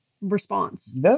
response